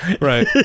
right